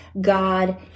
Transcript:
God